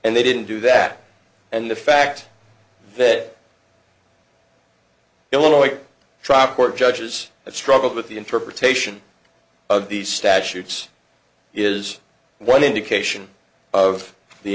and they didn't do that and the fact that illinois tropp court judges it struggled with the interpretation of these statutes is one indication of the